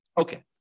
Okay